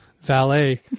valet